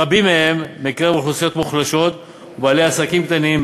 רבים מהם מקרב אוכלוסיות מוחלשות ובעלי עסקים קטנים,